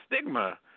stigma